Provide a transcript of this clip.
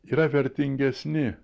yra vertingesni